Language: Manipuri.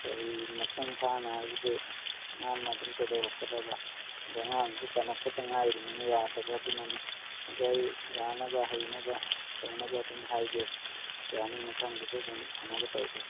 ꯀꯔꯤ ꯃꯄꯨꯡ ꯐꯅ ꯍꯥꯏꯕꯗꯤ ꯃꯥꯅ ꯑꯗꯨꯝ ꯀꯩꯗꯧꯔꯛꯀꯗꯕ ꯑꯗꯣ ꯑꯉꯥꯡꯗꯨꯁꯨ ꯇꯝꯃꯛꯄꯗ ꯉꯥꯏꯔꯤꯃꯤꯅ ꯌꯥꯗꯕ ꯑꯗꯨꯅꯅꯤ ꯑꯗꯨ ꯑꯩ ꯌꯥꯅꯕ ꯍꯩꯅꯕ ꯇꯧꯅꯕ ꯑꯗꯨꯝ ꯍꯥꯏꯒꯦ ꯌꯥꯅꯤ ꯃꯊꯪꯒꯤꯗ ꯑꯗꯨꯝ ꯐꯅꯕ ꯇꯧꯒꯦ